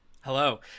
hello